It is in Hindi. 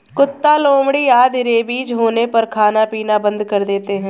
कुत्ता, लोमड़ी आदि रेबीज होने पर खाना पीना बंद कर देते हैं